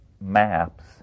maps